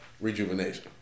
rejuvenation